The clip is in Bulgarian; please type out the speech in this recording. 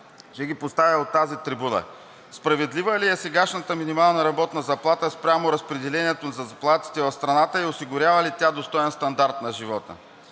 ще ги поставя от тази трибуна. Справедлива ли е сегашната минимална работна заплата спрямо разпределението на заплатите в страната и осигурява ли тя достоен стандарт на живота?